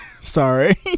Sorry